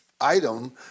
item